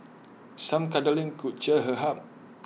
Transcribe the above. some cuddling could cheer her hap